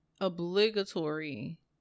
obligatory